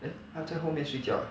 then 她在后面睡觉 ah